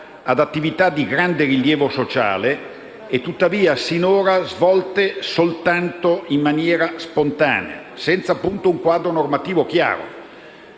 ad attività di grande rilievo sociale, tuttavia svolte finora soltanto in maniera spontanea, senza un quadro normativo chiaro.